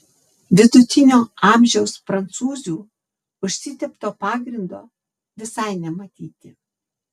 vidutinio amžiaus prancūzių užsitepto pagrindo visai nematyti